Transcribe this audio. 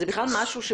זה בכלל משהו שהוא